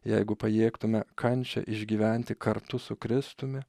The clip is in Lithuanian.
jeigu pajėgtume kančią išgyventi kartu su kristumi